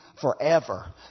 forever